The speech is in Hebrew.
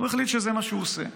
הוא החליט שזה מה שהוא עושה.